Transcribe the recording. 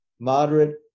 moderate